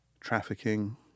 Trafficking